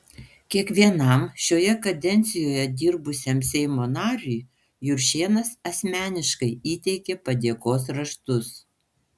kiekvienam šioje kadencijoje dirbusiam seimo nariui juršėnas asmeniškai įteikė padėkos raštus